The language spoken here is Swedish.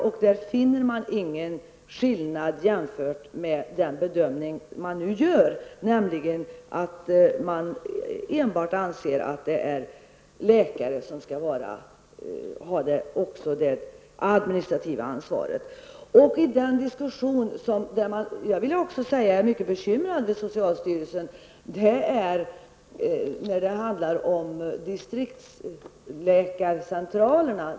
I den finner man ingen skillnad jämfört med den bedömning som nu görs, nämligen att enbart läkare skall ha också det administrativa ansvaret. Jag är bekymrad över socialstyrelsens agerande i fråga om distriktsläkarcentraler.